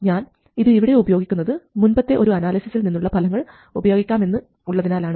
ഞാൻ ഇത് ഇവിടെ ഉപയോഗിക്കുന്നത് മുൻപത്തെ ഒരു അനാലിസിസിൽ നിന്നുള്ള ഫലങ്ങൾ ഉപയോഗിക്കാമെന്ന് ഉള്ളതിനാലാണ്